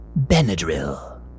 Benadryl